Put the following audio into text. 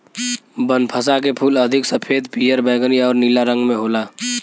बनफशा के फूल अधिक सफ़ेद, पियर, बैगनी आउर नीला रंग में होला